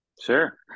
Sure